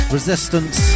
Resistance